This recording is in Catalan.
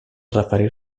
referir